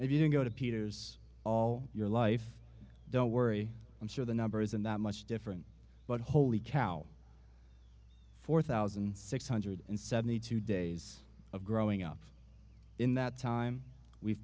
you go to peter's all your life don't worry i'm sure the number isn't that much different but holy cow four thousand six hundred and seventy two days of growing up in that time we've